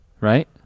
right